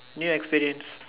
new experience